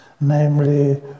namely